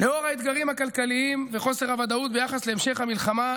לאור האתגרים הכלכליים וחוסר הוודאות ביחס להמשך המלחמה,